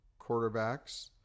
quarterbacks